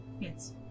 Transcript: Yes